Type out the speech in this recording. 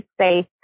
safe